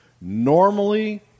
normally